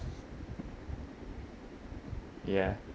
ya